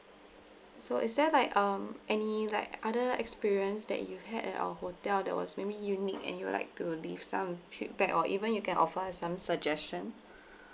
so is there like um any like other experience that you've had at our hotel that was maybe unique and you would like to leave some feedback or even you can offer us some suggestions